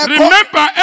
Remember